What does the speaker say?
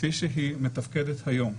כפי שהיא מתפקדת היום.